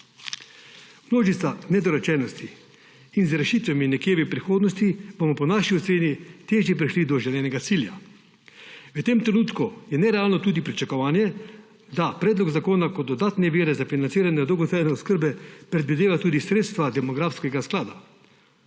množico nedorečenosti in z rešitvami nekje v prihodnosti bomo po naši oceni težje prišli do želenega cilja. V tem trenutku je nerealno tudi pričakovanje, da predlog zakona kot dodatne vire za financiranje dolgotrajne oskrbe predvideva tudi sredstva demografskega sklada.